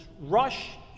Rush